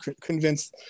convince